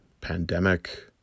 pandemic